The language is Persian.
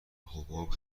حباب